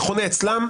זה חונה אצלם.